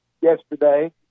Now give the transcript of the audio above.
yesterday